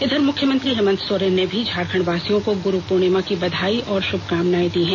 इधर मुख्यमंत्री हेमन्त सोरेन ने भी झारखण्डवासियों को गुरु पूर्णिमा की बधाई और शुभकामनाएं दी हैं